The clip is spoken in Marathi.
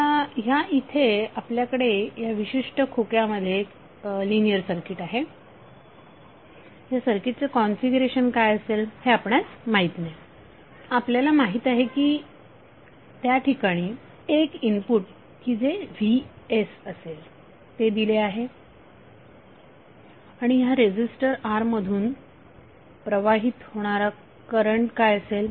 आता ह्या इथे आपल्याकडे या विशिष्ट खोक्यामध्ये एक लिनियर सर्किट आहे त्या सर्किटचे कॉन्फिगरेशन काय असेल हे आपणास माहीत नाही आपल्याला माहित आहे की त्या ठिकाणी एक इनपुट की जे vsअसेल ते दिले आहे आणि ह्या रेझीस्टर R मधून प्रवाहित होणारा करंट काय असेल